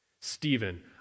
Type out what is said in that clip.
Stephen